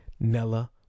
Nella